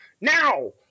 Now